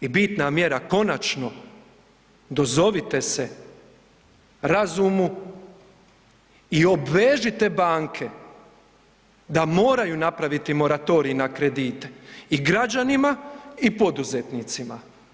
I bitna mjera konačno dozovite se razumu i obvežite banke da moraju napraviti moratorij na kredite i građanima i poduzetnicima.